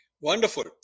Wonderful